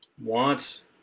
wants